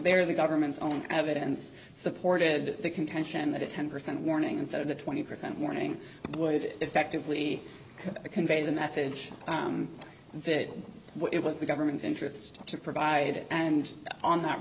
they're the government's own evidence supported the contention that a ten percent warning instead of the twenty percent warning would effectively convey the message that it was the government's interest to provide it and on that